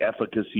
efficacy